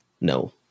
No